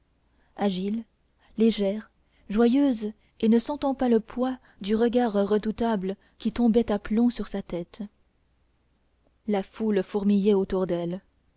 agile légère joyeuse et ne sentant pas le poids du regard redoutable qui tombait à plomb sur sa tête la foule fourmillait autour d'elle